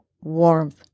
warmth